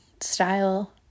style